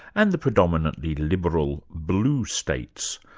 and the predominantly liberal blue states,